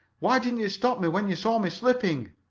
why didn't you stop me when you saw me slipping?